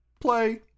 play